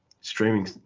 streaming